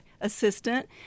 assistant